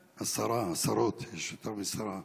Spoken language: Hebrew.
השרה, השרות, יש יותר משרה.